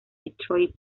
detroit